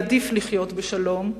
יעדיף לחיות בשלום,